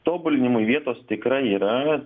tobulinimui vietos tikrai yra